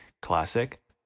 classic